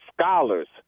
scholars—